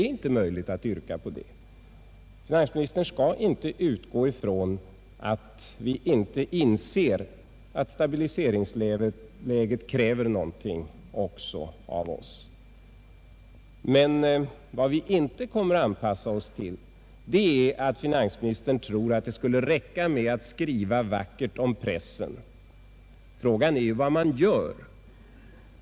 Det är inte möjligt att yrka på det. Finansministern skall inte utgå från att vi inte inser att stabiliseringssträvandena kräver någonting också av oss. Men vad vi inte kommer att anpassa oss till är att finansministern tror att det skulle räcka med att skriva vackert om pressen. Frågan är ju vad man verkligen gör.